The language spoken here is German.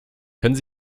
können